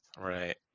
right